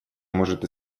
может